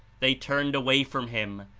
they turned away from him,